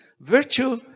Virtue